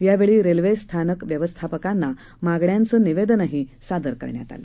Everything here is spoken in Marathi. यावेळी रेल्वे स्थानक व्यवस्थापकांना मागण्यांचं निवेदन सादर करण्यात आलं